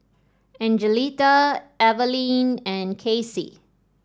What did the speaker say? Angelita Evalyn and Cassie